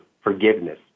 forgiveness